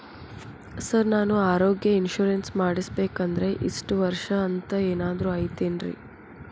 Sir ನಾನು ಆರೋಗ್ಯ insurance ಮಾಡಿಸ್ಬೇಕಂದ್ರೆ ಇಷ್ಟ ವರ್ಷ ಅಂಥ ಏನಾದ್ರು ಐತೇನ್ರೇ?